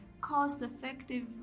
cost-effective